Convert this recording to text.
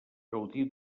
gaudir